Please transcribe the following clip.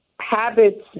habits